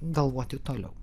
galvoti toliau